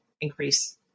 increase